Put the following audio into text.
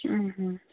اۭں